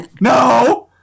no